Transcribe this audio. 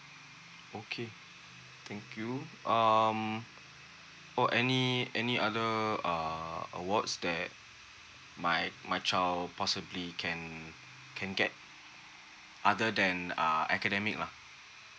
okay thank you um or any any other uh awards that my my child possibly can can get other than uh academic lah